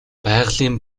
байгалийн